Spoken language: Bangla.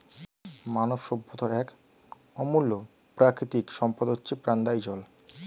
মানব সভ্যতার এক অমূল্য প্রাকৃতিক সম্পদ হচ্ছে প্রাণদায়ী জল